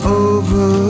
over